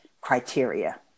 criteria